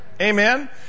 Amen